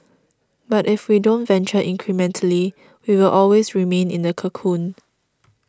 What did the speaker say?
but if we don't venture incrementally we will always remain in the cocoon